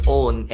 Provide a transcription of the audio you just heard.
own